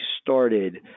started